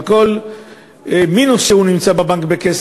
על כל מינוס בבנק.